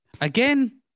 Again